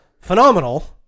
phenomenal